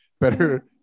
better